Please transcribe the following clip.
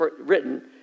written